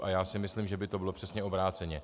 A já myslím, že by to bylo přesně obráceně.